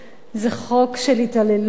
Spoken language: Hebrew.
זה חוק של התעללות.